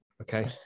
Okay